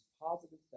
positive